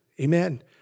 Amen